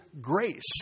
grace